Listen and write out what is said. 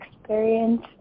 experience